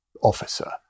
officer